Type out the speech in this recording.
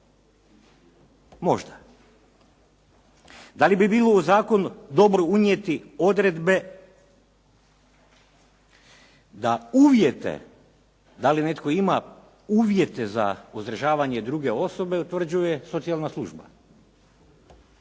Možda. Da li bi bilo u zakonu dobro unijeti odredbe da uvijete da li netko ima uvjete za uzdržavanje druge osobe, utvrđuje socijalna služba?